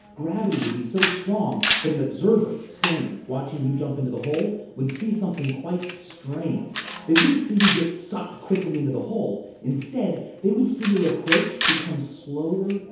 gravity would be so strong that an observer standing, watching you jump into the hole, would see something quite strange. they wouldn't see you get sucked quickly into the hole. instead, they would see your approach become slower,